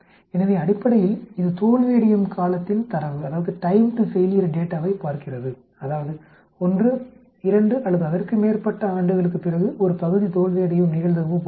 எனவே அடிப்படையில் இது தோல்வியடையும் காலத்தின் தரவைப் பார்க்கிறது அதாவது 1 2 அல்லது அதற்கு மேற்பட்ட ஆண்டுகளுக்குப் பிறகு ஒரு பகுதி தோல்வியடையும் நிகழ்தகவு போன்றது